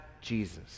Jesus